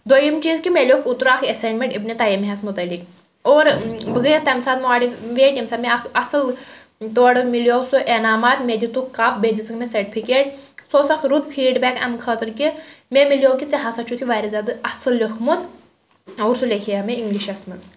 دوٚیِم چیٖز کہِ مےٚ لیٛوکھ اوترٕ اکھ ایٚساینمیٚنٛٹ اِبنِ تیمیہ ہَس متعلق اور بہٕ گٔیٚیَس تَمہِ ساتہٕ ماٹِویٹ ییٚمہِ ساتہٕ مےٚ اکھ اصٕل تورٕ مِلیٛوو سُہ انعامات مےٚ دِتُکھ کپ بیٚیہِ دِژٕکھ مےٚ سٔرٹفکیٹ سُہ اوس اکھ رُت فیٖڈ بیک اَمہِ خٲطرٕ کہِ مےٚ مِلیٛوو کہِ ژےٚ ہسا چھُتھ یہِ واریاہ زیادٕ اصٕل لیٛوکھمُت اور سُہ لیٚکھیاو مےٚ اِنگلِشَس منٛز